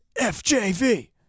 FJV